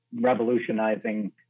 revolutionizing